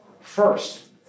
First